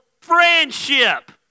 friendship